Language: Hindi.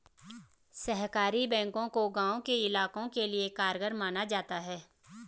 सहकारी बैंकों को गांव के इलाकों के लिये कारगर माना जाता है